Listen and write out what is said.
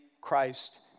Christ